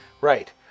Right